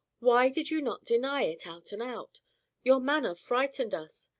why did you not deny it, out-and-out? your manner frightened us.